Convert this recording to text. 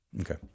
okay